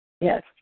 Yes